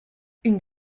une